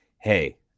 hey